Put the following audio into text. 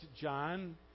John